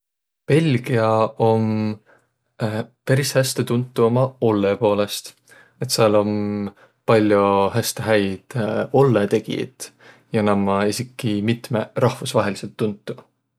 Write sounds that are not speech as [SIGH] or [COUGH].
Belgiä om [HESITATION] peris häste tuntu uma ollõ poolõst. Et sääl om pall'o häste häid [HESITATION] ollõtegijit ja naaq ommaq esiki mitmõq rahvusvahelidsõlt tuntuq.